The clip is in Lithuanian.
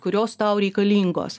kurios tau reikalingos